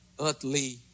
earthly